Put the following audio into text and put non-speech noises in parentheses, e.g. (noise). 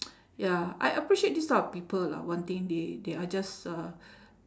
(noise) ya I appreciate this type of people lah one thing they they are just uh (breath)